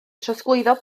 trosglwyddo